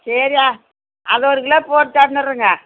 சரி அது ஒரு கிலோ போட்டு தந்துடுறேங்க